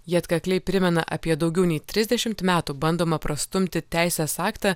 jie atkakliai primena apie daugiau nei trisdešimt metų bandomą prastumti teisės aktą